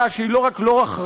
לממשלה שהיא לא רק לא אחראית,